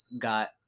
got